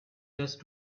just